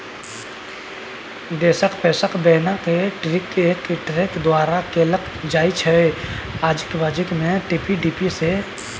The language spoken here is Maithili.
देशक पेंशन देबाक सिस्टम एकटा ट्रस्ट द्वारा कैल जाइत छै जकरा एन.पी.एस ट्रस्ट कहल जाइत छै